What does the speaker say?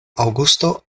aŭgusto